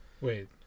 Wait